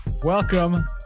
Welcome